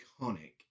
iconic